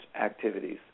activities